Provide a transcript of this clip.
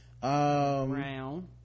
Brown